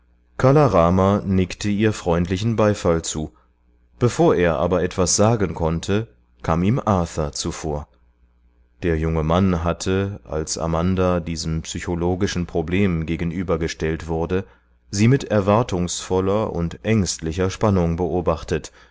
kala rama nickte ihr freundlichen beifall zu bevor er aber etwas sagen konnte kam ihm arthur zuvor der junge mann hatte als amanda diesem psychologischen problem gegenübergestellt wurde sie mit erwartungsvoller und ängstlicher spannung beobachtet